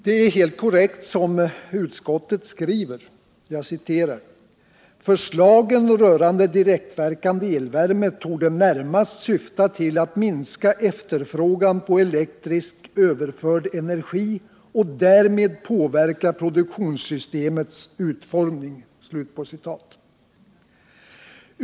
Det är helt korrekt som utskottet skriver i fråga om att ”förslagen rörande direktverkande elvärme torde närmast syfta till att minska efterfrågan på elektriskt överförd energi och därmed påverka produktionssystemets utformning”.